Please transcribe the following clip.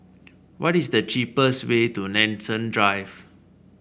what is the cheapest way to Nanson Drive